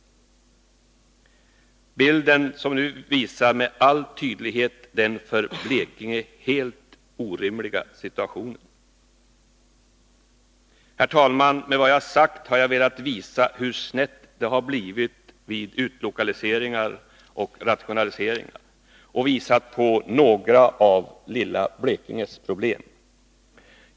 Bilden på bildskärmen visar med all tydlighet den för Blekinge helt orimliga situationen. Herr talman! Med vad jag sagt har jag velat visa hur snett det har blivit vid utlokaliseringar och rationaliseringar och visa på några av lilla Blekinges problem.